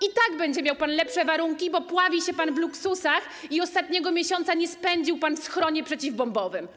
I tak będzie miał pan lepsze warunki, bo pławi się pan w luksusach i ostatniego miesiąca nie spędził pan w schronie przeciwbombowym.